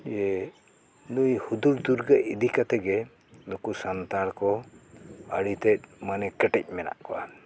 ᱡᱮ ᱱᱩᱭ ᱦᱩᱫᱩᱲ ᱫᱩᱨᱜᱟᱹ ᱤᱫᱤ ᱠᱟᱛᱮᱫ ᱜᱮ ᱱᱩᱠᱩ ᱥᱟᱱᱛᱟᱲ ᱠᱚ ᱟᱹᱰᱤᱛᱮᱫ ᱢᱟᱱᱮ ᱠᱮᱴᱮᱡ ᱢᱮᱱᱟᱜ ᱠᱚᱣᱟ